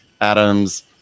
Adam's